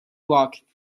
walk